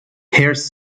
hairs